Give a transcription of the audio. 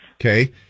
Okay